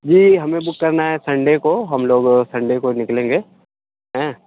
جی ہمیں بک کرنا ہے سنڈے کو ہم لوگ سنڈے کو نکلیں گے ہیں